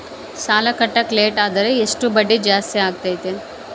ಸಾಲ ಕಟ್ಟಾಕ ಲೇಟಾದರೆ ಎಷ್ಟು ಬಡ್ಡಿ ಜಾಸ್ತಿ ಆಗ್ತೈತಿ?